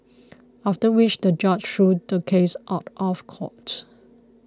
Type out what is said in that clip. after which the judge threw the case out of court